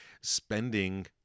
spending